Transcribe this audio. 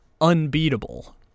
unbeatable